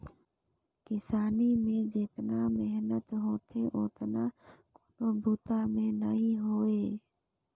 किसानी में जेतना मेहनत होथे ओतना कोनों बूता में नई होवे